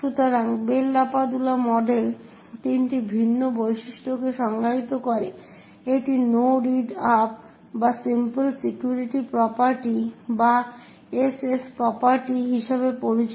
সুতরাং Bell LaPadula model তিনটি ভিন্ন বৈশিষ্ট্যকে সংজ্ঞায়িত করে এটি নো রিড আপ বা সিম্পল সিকিউরিটি প্রপার্টি বা এসএস প্রপার্টি হিসাবে পরিচিত